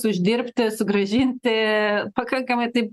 uždirbti sugrąžinti pakankamai taip